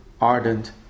ardent